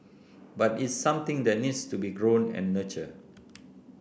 but it's something that needs to be grown and nurtured